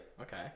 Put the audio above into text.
Okay